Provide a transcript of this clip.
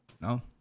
No